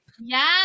Yes